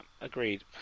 Agreed